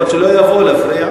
יכול להיות שלא יבואו להפריע,